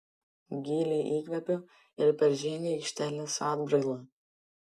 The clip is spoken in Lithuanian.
giliai įkvepiu ir peržengiu aikštelės atbrailą